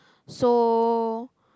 so